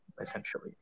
Essentially